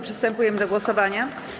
Przystępujemy do głosowania.